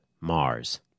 Mars